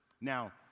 now